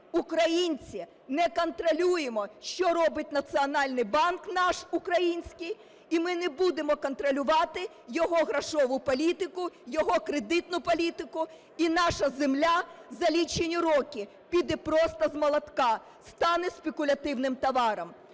українці, не контролюємо, що робить Національний банк наш український, і ми не будемо контролювати його грошову політику, його кредитну політику, і наша земля за лічені роки піде просто з молотка, стане спекулятивним товаром.